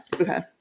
Okay